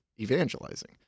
evangelizing